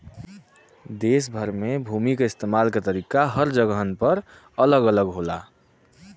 देस भर में भूमि क इस्तेमाल क तरीका हर जगहन पर अलग अलग होला